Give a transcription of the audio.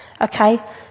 Okay